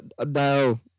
No